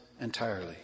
entirely